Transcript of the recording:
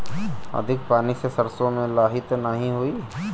अधिक पानी से सरसो मे लाही त नाही होई?